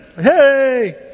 Hey